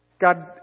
God